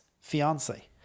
fiance